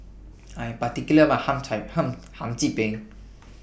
I Am particular about My Hum Chim Hum Hum Chim Peng